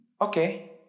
okay